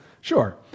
Sure